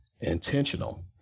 intentional